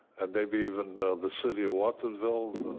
and maybe even the city of watsonville?